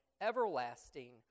everlasting